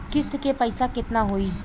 किस्त के पईसा केतना होई?